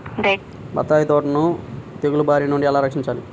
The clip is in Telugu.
బత్తాయి తోటను తెగులు బారి నుండి ఎలా రక్షించాలి?